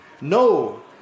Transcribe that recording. No